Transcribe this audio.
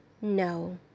No